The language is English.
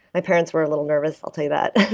my parents were a little nervous, i'll tell you that